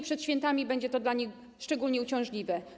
Przed świętami będzie to dla nich szczególnie uciążliwe.